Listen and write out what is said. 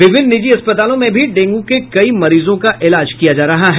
विभिन्न निजी अस्पतालों में भी डेंगू के कई मरीजों का इलाज किया जा रहा है